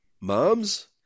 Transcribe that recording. Moms